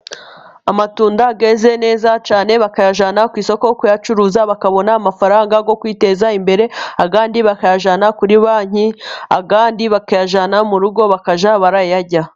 Amatunda yeze neza cyane, bakayajyana ku isoko kuyacuruza, bakabona amafaranga yo kwiteza imbere ayandi bakayajyana kuri banki, ayandi bakayajyana mu rugo bakajya bayarya.